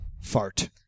fart